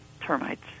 termites